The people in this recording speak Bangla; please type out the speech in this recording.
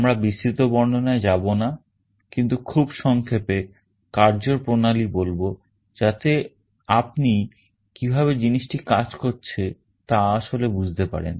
আমরা বিস্তারিত বর্ণনায় যাব না কিন্তু খুব সংক্ষেপে কার্যপ্রণালী বলবো যাতে আপনি কিভাবে জিনিসটি কাজ করছে তা বুঝতে পারবেন